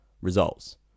results